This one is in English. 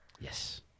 yes